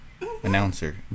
announcer